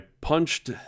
punched